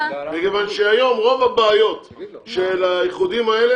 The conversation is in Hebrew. מכיוון שהיום רוב הבעיות של האיחודים האלה,